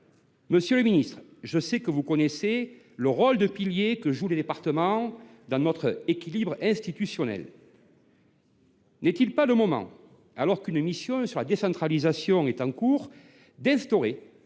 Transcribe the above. Monsieur le ministre, vous connaissez le rôle de pilier que jouent les départements dans notre équilibre institutionnel. Le moment n’est il pas venu, alors qu’une mission sur la décentralisation est en cours, d’instaurer